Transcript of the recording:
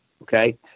okay